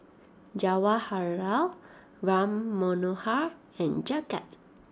Jawaharlal Ram Manohar and Jagat